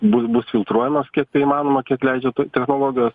bu bus nufiltruojamos kiek tai įmanoma kiek leidžia technologijos